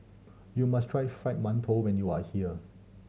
you must try Fried Mantou when you are here